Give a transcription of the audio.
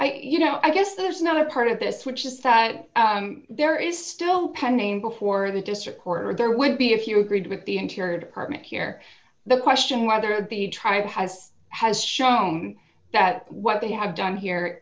five you know i guess there's not a part of this which is that there is still pending before the district court or there would be if you agreed with the interior department here the question whether the tribe has has shown that what they have done here